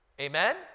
Amen